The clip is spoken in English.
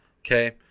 okay